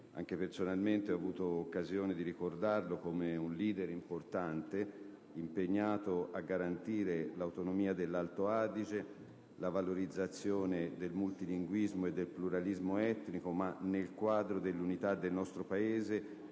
anche personalmente*,* ho avuto occasione di ricordarlocome un *leader* importante, impegnato a garantire l'autonomia dell'Alto Adige e la valorizzazione del multilinguismo e del pluralismo etnico, ma nel quadro dell'unità del nostro Paese